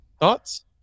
Thoughts